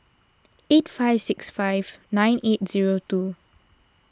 eight five six five nine eight zero two